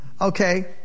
Okay